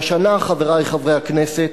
והשנה, חברי חברי הכנסת,